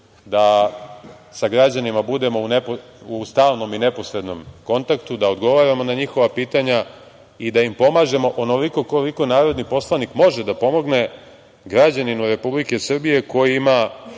da sa građanima budemo u stalnom i neposrednom kontaktu, da odgovaramo na njihova pitanja i da im pomažemo onoliko koliko narodni poslanik može da pomogne građaninu Republike Srbije koji ima